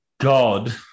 God